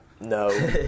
No